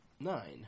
Nine